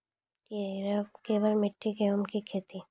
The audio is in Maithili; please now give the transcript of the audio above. केवल मिट्टी गेहूँ की खेती?